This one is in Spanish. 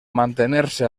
mantenerse